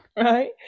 Right